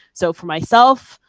so for myself,